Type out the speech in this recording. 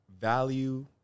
value